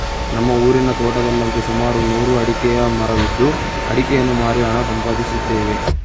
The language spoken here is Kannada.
ನಮ್ಮ ಊರಿನ ತೋಟದಲ್ಲಂತು ಸುಮಾರು ನೂರು ಅಡಿಕೆಯ ಮರವಿದ್ದು ಅಡಿಕೆಯನ್ನು ಮಾರಿ ಹಣ ಸಂಪಾದಿಸುತ್ತೇವೆ